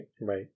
Right